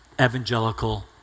evangelical